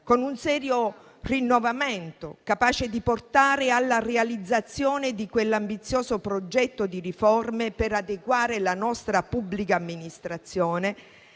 con un serio rinnovamento, capace di portare alla realizzazione di un ambizioso progetto di riforme per adeguare la nostra pubblica amministrazione